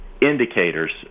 indicators